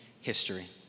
history